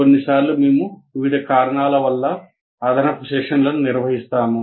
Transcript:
కొన్నిసార్లు మేము వివిధ కారణాల వల్ల అదనపు సెషన్లను నిర్వహిస్తాము